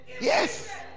Yes